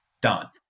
Done